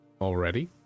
Already